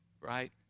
Right